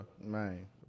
Man